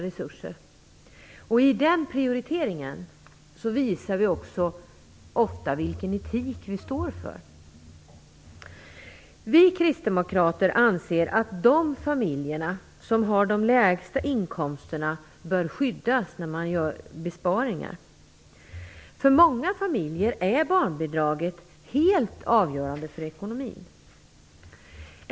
Genom den prioritering vi gör visar vi också ofta vilken etik vi står för. Vi kristdemokrater anser att de familjer som har de lägsta inkomsterna bör skyddas när man inför besparingar. För många familjer är barnbidraget helt avgörande för ekonomin.